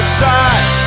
side